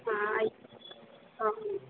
ಹಾಂ ಆಯ್ತು ಹಾಂ